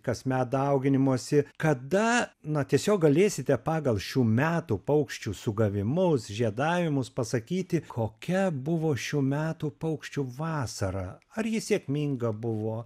kasmet dauginimosi kada na tiesiog galėsite pagal šių metų paukščių sugavimus žiedavimus pasakyti kokia buvo šių metų paukščių vasara ar ji sėkminga buvo